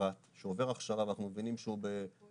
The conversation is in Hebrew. לפרט שעובר הכשרה ואנחנו מבינים שהוא בקושי